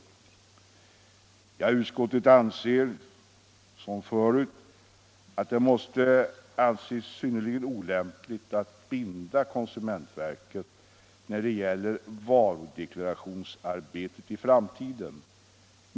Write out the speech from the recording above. Utskottet anser som förut att det måste anses synnerligen olämpligt Nr 138 att binda konsumentverket när det gäller varudeklarationsarbetet i fram Onsdagen den tiden.